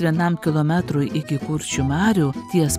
vienam kilometrui iki kuršių marių ties